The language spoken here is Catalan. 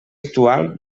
actual